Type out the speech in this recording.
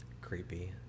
Creepy